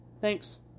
Thanks